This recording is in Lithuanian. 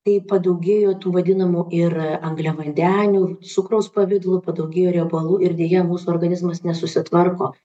tai padaugėjo tų vadinamų ir angliavandenių cukraus pavidalu padaugėjo riebalų ir deja mūsų organizmas nesusitvarko